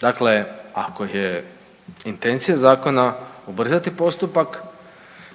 Dakle, ako je intencija zakona ubrzati postupak